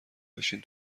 بشین